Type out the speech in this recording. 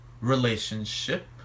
relationship